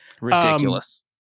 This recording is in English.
Ridiculous